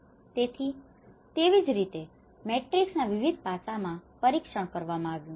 તેથી તેવી જ રીતે મેટ્રિક્સ ના વિવિધ પાસાઓમાં પરીક્ષણ કરવામાં આવ્યું છે